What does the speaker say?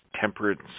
temperance